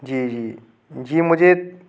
जी जी जी मुझे